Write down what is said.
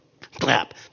clap